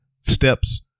steps